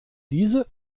diese